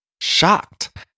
shocked